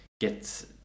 get